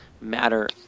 matter